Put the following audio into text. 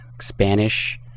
Spanish